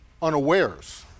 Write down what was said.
unawares